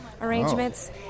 arrangements